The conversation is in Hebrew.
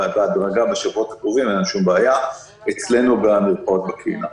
בהדרגה בשבועות הקרובים אין לנו שום בעיה אצלנו במרפאות בקהילה.